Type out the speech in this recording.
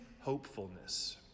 hopefulness